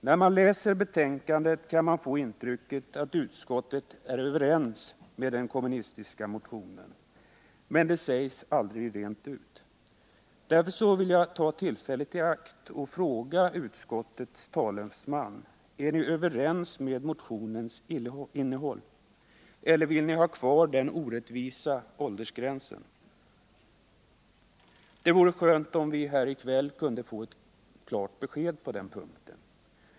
När man läser betänkandet kan man få intrycket att utskottet instämmer i vad som sägs i den kommunistiska motionen, men det sägs aldrig rent ut. Därför vill jag ta tillfället i akt och fråga utskottets talesman: Instämmer ni i motionens innehåll eller vill ni ha kvar den orättvisa åldersgränsen? Det vore skönt om vi — här i kväll — kunde få ett klart besked på den punkten.